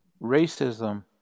racism